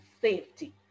safety